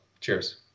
Cheers